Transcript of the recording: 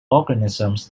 organisms